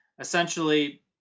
Essentially